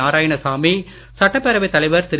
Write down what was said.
நாராயணசாமி சட்டப்பேரவைத் தலைவர் திரு